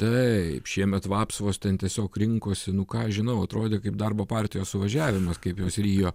taip šiemet vapsvos ten tiesiog rinkosi nu ką aš žinau atrodė kaip darbo partijos suvažiavimas kaip jos rijo